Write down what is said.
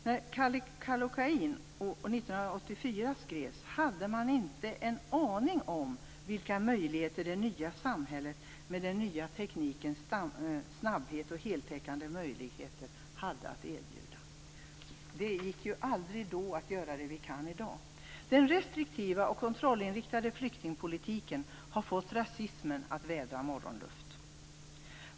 När Kallocain och 1984 skrevs hade man inte en aning om vilka möjligheter det nya samhället med den nya teknikens snabbhet och heltäckande möjligheter hade att erbjuda. Det gick ju då aldrig att göra det som vi i dag kan göra. Den restriktiva och kontrollinriktade flyktingpolitiken har fått rasismen att vädra morgonluft.